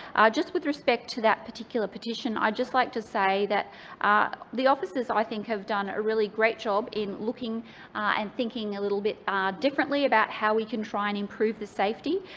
just with respect to that particular petition, i'd just like to say that ah the officers, i think, have done a really great job in looking and thinking a little bit ah differently about how we can try and improve the safety.